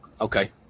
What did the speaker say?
Okay